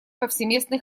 повсеместный